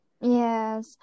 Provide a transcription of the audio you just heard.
Yes